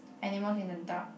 animals in the dark